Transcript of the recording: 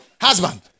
Husband